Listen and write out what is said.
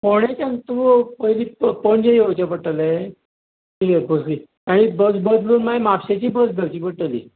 फोणेच्यान तूं पयली तुका पणजे येवचें पडटलें आनी बस बदलून मागीर म्हापशेची बस धरची पडटली